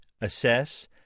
assess